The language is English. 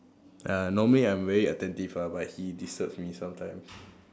uh normally I'm very attentive ah but he disturbs me sometimes